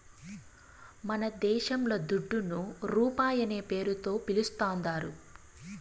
మనదేశంల దుడ్డును రూపాయనే పేరుతో పిలుస్తాందారు